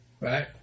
Right